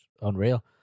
unreal